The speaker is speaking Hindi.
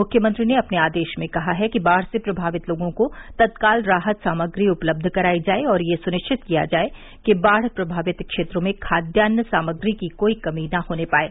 मुख्यमंत्री ने अपने आदेश में कहा है कि बाढ़ से प्रभावित लोगों को तत्काल राहत सामग्री उपलब्ध कराई जाये और यह सुनिश्चित किया जाये कि बाढ़ प्रभावित क्षेत्रों में खाद्यान सामग्री की कोई कमी न होने पाये